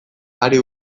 hari